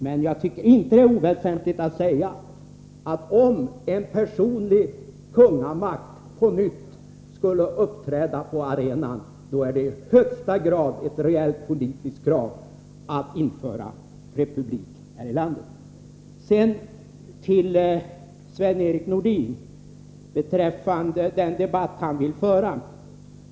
Det är inte oväsentligt att säga, att om en personlig kungamakt på nytt skulle uppträda på arenan, är det i högsta grad ett reellt politiskt krav att införa republik här i landet.